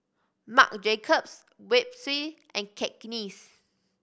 Marc Jacobs Schweppes and Cakenis